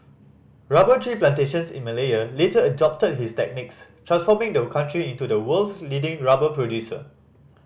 rubber tree plantations in Malaya later adopted his techniques transforming the country into the world's leading rubber producer